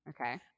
Okay